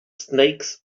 snakes